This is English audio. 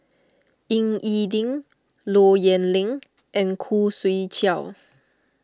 Ying E Ding Low Yen Ling and Khoo Swee Chiow